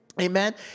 Amen